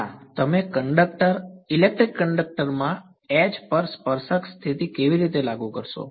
ના તમે conductor electric conductor માં H પર સ્પર્શક સ્થિતિ કેવી રીતે લાગુ કરશો